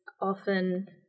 often